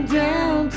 down